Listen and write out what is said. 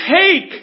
take